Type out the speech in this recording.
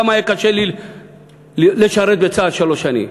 כמה היה קשה לי לשרת בצה"ל שלוש שנים.